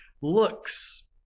looks